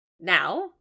Now